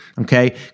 Okay